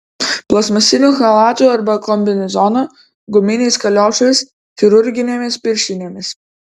plastmasiniu chalatu ar kombinezonu guminiais kaliošais chirurginėmis pirštinėmis